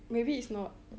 maybe it's not